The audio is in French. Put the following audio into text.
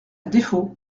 défaut